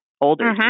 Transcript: older